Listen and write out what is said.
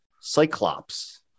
cyclops